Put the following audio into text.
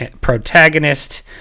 protagonist